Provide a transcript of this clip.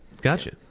gotcha